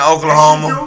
Oklahoma